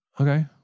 Okay